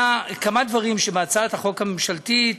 היו כמה דברים בהצעת החוק הממשלתית,